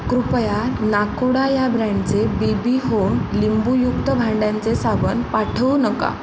कृपया नाकोडा या ब्रँडचे बी बी होम लिंबूयुक्त भांड्यांचे साबण पाठवू नका